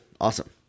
awesome